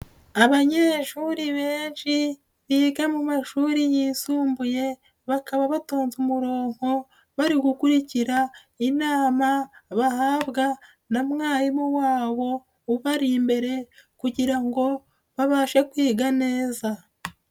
Abanyeshuri benshi biga mu mashuri yisumbuye, bakaba batonze umurongo bari gukurikira inama bahabwa na mwarimu wabo, ubari imbere kugira ngo babashe kwiga neza.